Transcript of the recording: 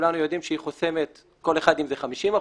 שכולנו יודעים שהיא חוסמת כל אחד - אם זה 50%,